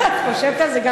כשאני חושבת על זה,